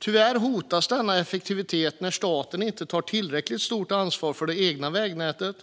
Tyvärr hotas denna effektivitet när staten inte tar tillräckligt stort ansvar för de egna vägnäten